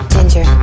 Ginger